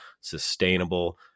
sustainable